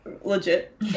Legit